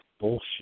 bullshit